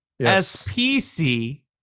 SPC